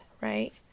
right